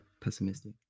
pessimistic